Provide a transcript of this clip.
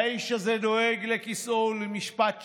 האיש הזה דואג לכיסאו ולמשפט שלו,